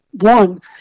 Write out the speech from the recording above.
one